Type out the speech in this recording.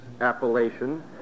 appellation